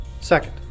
Second